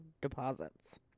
deposits